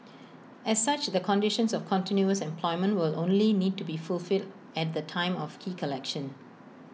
as such the conditions of continuous employment will only need to be fulfilled at the time of key collection